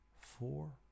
four